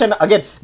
again